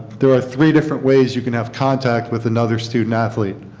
there are three different ways you can have contact with another student-athlete.